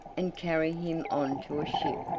and carry him on to a ship,